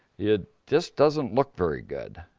it just doesn't look very good.